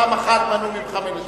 פעם אחת מנעו ממך לדבר?